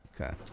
okay